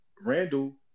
Randle